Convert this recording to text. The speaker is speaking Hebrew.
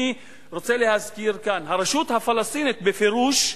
אני רוצה להזכיר כאן: הרשות הפלסטינית, בפירוש,